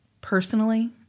Personally